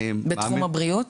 בתחום הבריאות?